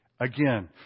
Again